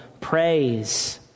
praise